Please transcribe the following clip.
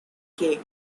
kay